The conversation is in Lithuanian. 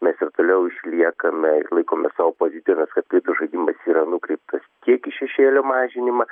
mes ir toliau išliekame ir laikomės savo pozicijos kad kvitų žaidimas yra nukreiptas tiek į šešėlio mažinimą